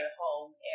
home